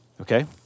okay